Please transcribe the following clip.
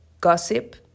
gossip